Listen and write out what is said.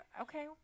okay